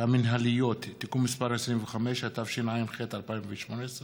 המינהליות (תיקון מס' 25), התשע"ח 2018,